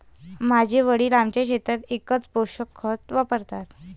माझे वडील आमच्या शेतात एकच पोषक खत वापरतात